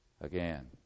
again